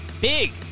big